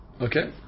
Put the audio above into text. Okay